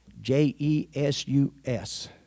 J-E-S-U-S